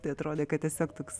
tai atrodė kad tiesiog toks